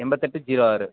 எண்பத்தெட்டு ஜீரோ ஆறு